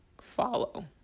follow